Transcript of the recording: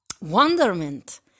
Wonderment